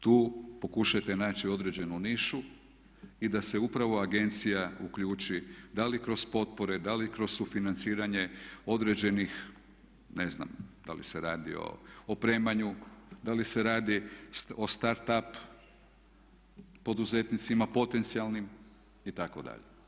Tu pokušajte naći određenu nišu i da se upravo agencija uključi da li kroz potpore, da li kroz sufinanciranje određenih ne znam da li se radi o opremanju, da li se radi o start up poduzetnicima potencijalnim itd.